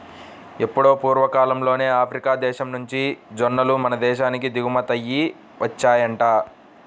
ఎప్పుడో పూర్వకాలంలోనే ఆఫ్రికా దేశం నుంచి జొన్నలు మన దేశానికి దిగుమతయ్యి వచ్చాయంట